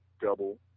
double